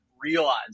realize